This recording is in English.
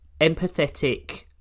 empathetic